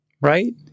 Right